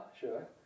sure